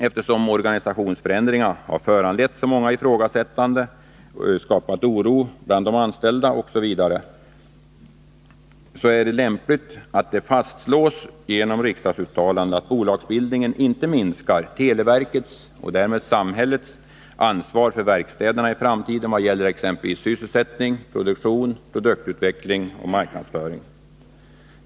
Eftersom organisationsförändringen har föranlett så många ifrågasättanden, skapat oro bland de anställda osv., är det lämpligt att det fastslås genom ett riksdagsuttalande att bolagsbildningen inte minskar televerkets och därmed samhällets ansvar för verkstäderna i framtiden vad gäller exempelvis sysselsättning, produktion, produktutveckling och marknadsföring.